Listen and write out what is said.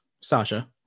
Sasha